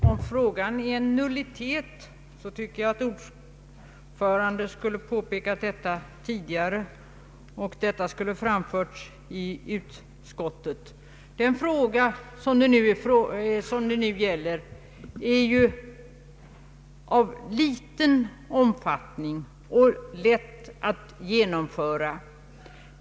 Herr talman! Om frågan är en nullitet tycker jag att ordföranden skulle ha påpekat detta i utskottet. Den fråga det nu gäller är av liten omfattning och lätt att genomföra.